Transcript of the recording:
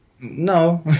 No